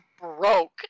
broke